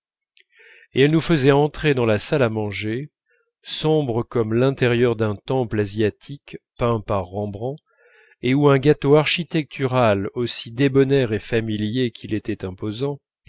et elle nous faisait entrer dans la salle à manger sombre comme l'intérieur d'un temple asiatique peint par rembrandt et où un gâteau architectural aussi débonnaire et familier qu'il était imposant